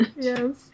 Yes